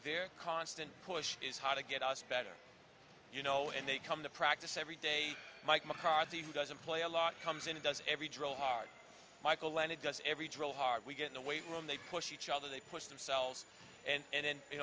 r constant push is how to get us better you know and they come to practice every day mike mccarthy who doesn't play a lot comes in does every drill hard michael when it does every drill hard we get in the weight room they push each other they push themselves and then you